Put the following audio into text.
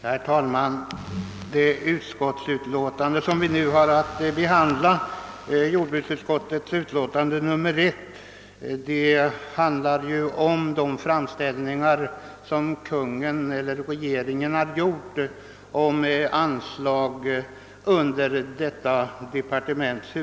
Herr talman! I jordbruksutskottets utlåtande nr 1 behandlas ju Kungl. Maj:ts framställningar om anslag under nionde huvudtiteln för nästa budgetår.